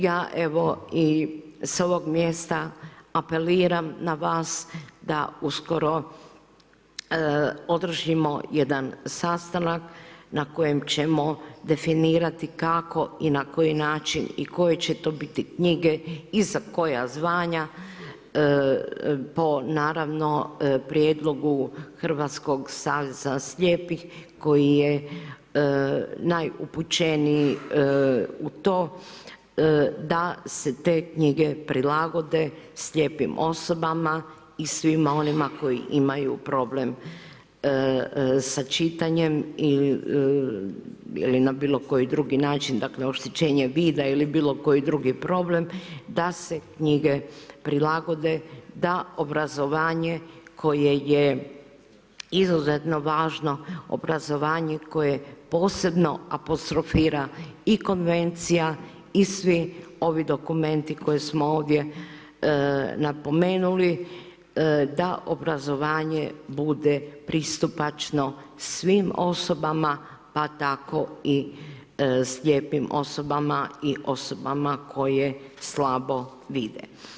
Ja evo i s ovog mjesta apeliram na vas da uskoro održimo jedan sastanak na kojem ćemo definirati kako i na koji način i koje će to biti knjige i za koja zvanja po naravno prijedlogu Hrvatskog saveza slijepih koji je najupućeniji u to da se te knjige prilagode slijepim osobama i svima onima koji imaju problem sa čitanjem ili na bilo koji drugi način, dakle oštećenje vida ili bilo koji drugi problem da se knjige prilagode, da obrazovanje koje je izuzetno važno, obrazovanje koje posebno apostrofira i konvencija i svi ovi dokumenti koje smo ovdje napomenuli da obrazovanje bude pristupačno svim osobama pa tako i slijepim osobama koje slabo vide.